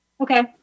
Okay